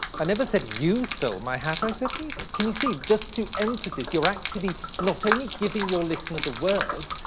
i never said you stole my hat, i said he did. can you see just through emphasis you're actually not only giving your listener the words,